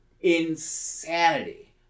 Insanity